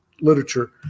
literature